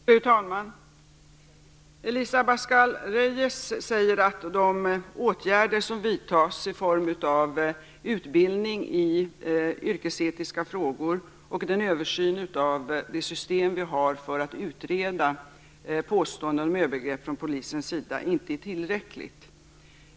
Fru talman! Elisa Abascal Reyes säger att de åtgärder som vidtas i form av utbildning i yrkesetiska frågor och den översyn av det system vi har för att utreda påståenden om övergrepp från polisens sida inte är tillräckliga.